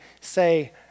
say